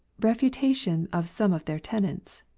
re futation of some of their tenets.